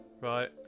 Right